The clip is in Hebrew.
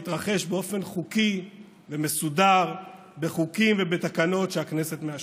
מתרחש באופן חוקי ומסודר בחוקים ובתקנות שהכנסת מאשרת.